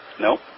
Nope